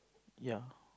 ya